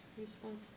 respond